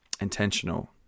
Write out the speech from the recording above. intentional